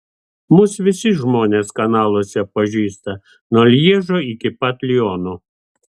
mus visi žmonės kanaluose pažįsta nuo lježo iki pat liono